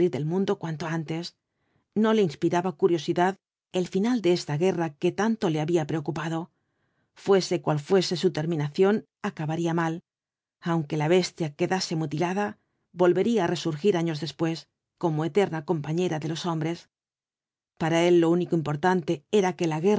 del mundo cuanto antes no le inspiraba c iriosidad el final de esta guerra que tanto le había preocupado fuese cual fuese su terminación acabaría mal aunque la bestia quedase mutilada volvería á resurgir años después como eterna compañera de los hombres para él lo único importante era que la